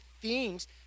themes